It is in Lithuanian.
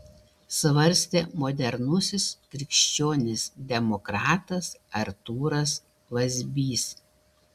svarstė modernusis krikščionis demokratas artūras vazbys